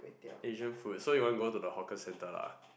Asian food so you want go to the Hawker centre lah